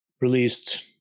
released